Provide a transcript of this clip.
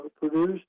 produced